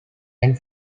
and